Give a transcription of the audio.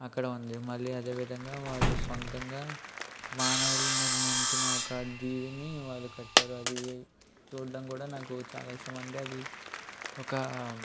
అక్కడ ఉంది మళ్ళీ అదే విధంగా వాళ్ళు స్వంతంగా మానవులు నిర్మించిన ఒక దీవిని వాళ్ళు కట్టారు అది చూడటం కూడా నాకు చాలా ఇష్టం అండి అది ఒక